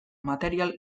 material